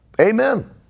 Amen